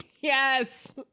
Yes